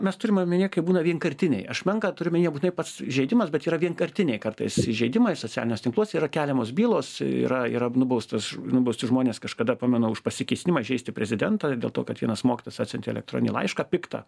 mes turim omenyje kai būna vienkartiniai aš menką turiu omeny nebūtinai pats įžeidimas bet yra vienkartiniai kartais įžeidimai socialiniuose tinkluose yra keliamos bylos yra yra nubaustas nubausti žmonės kažkada pamenu už pasikėsinimą įžeisti prezidentą dėl to kad vienas mokytojas atsiuntė elektroninį laišką piktą